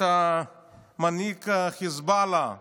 מנהיג החיזבאללה אומר: